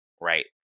right